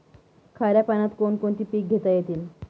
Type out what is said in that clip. खाऱ्या पाण्यात कोण कोणती पिके घेता येतील?